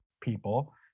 people